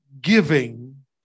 Giving